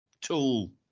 tool